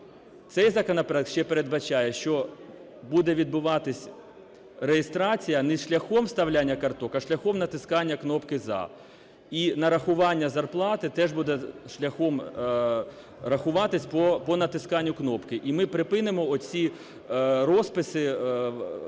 Цей законопроект ще передбачає, що буде відбуватись реєстрація не шляхом вставляння карток, а шляхом натискання кнопки за. І нарахування зарплати теж буде шляхом, рахуватись по натисканню кнопки. І ми припинимо оці розписи в